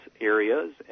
areas